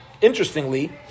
interestingly